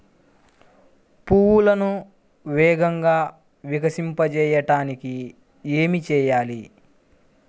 పువ్వులను వేగంగా వికసింపచేయటానికి ఏమి చేయాలి?